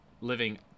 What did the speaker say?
living